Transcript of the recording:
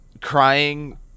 crying